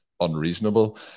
unreasonable